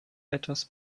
etwas